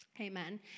Amen